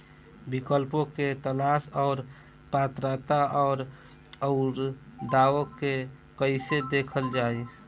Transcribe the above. विकल्पों के तलाश और पात्रता और अउरदावों के कइसे देखल जाइ?